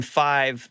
five